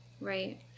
Right